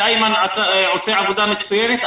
ואימן עושה עבודה מצוינת,